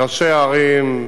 ראשי הערים,